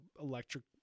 electric